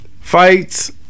fights